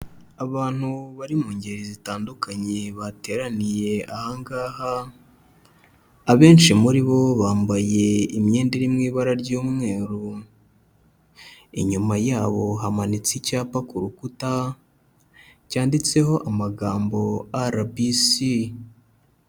Abantu bari mu ngeri zitandukanye bateraniye aha ngaha, abenshi muri bo bambaye imyenda iri mu ibara ry'umweru, inyuma yabo hamanitse icyapa ku rukuta, cyanditseho amagambo arabisi.